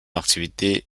activité